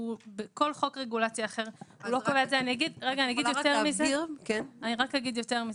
אני אומר יותר מזה.